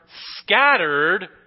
scattered